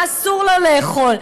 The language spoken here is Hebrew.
מה אסור לו לאכול,